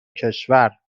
کشور